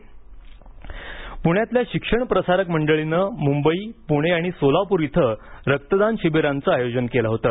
रक्तदान शिबीर प्ण्यातील शिक्षण प्रसारक मंडळीन मुंबई पुणे आणि सोलापूर इथे रक्तदान शिबिरांच आयोजन केलं होतं